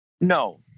No